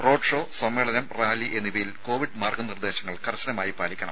road show സമ്മേളനം rally എന്നിവയിൽ Covid മാർഗ്ഗ നിർദ്ദേശങ്ങൾ കർശനമായി പാലിക്കണം